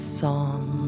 song